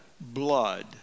blood